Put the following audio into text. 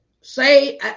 say